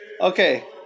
Okay